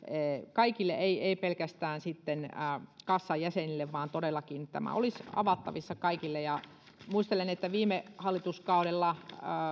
kaikille ei ei pelkästään kassan jäsenille että todellakin tämä olisi avattavissa kaikille muistelen että viime hallituskaudella